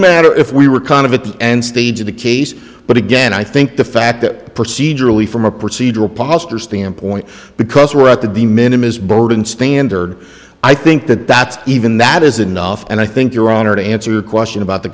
matter if we were kind of at the end stage of the case but again i think the fact that procedurally from a procedural posture standpoint because we're at the de minimus burton standard i think that that's even that isn't enough and i think your honor to answer your question about the